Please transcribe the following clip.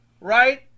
Right